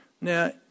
Now